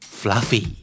fluffy